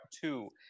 two